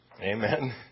Amen